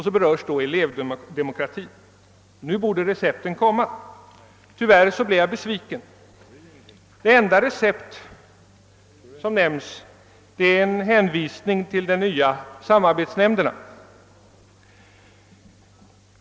Så berörs elevdemokratin, och då borde väl recepten komma. Tyvärr blev jag besviken. Det enda recept som nämns är de nya samarbetsnämnderna, som Olof Palme hänvisar till.